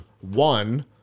One